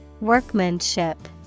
Workmanship